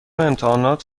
امتحانات